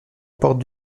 porte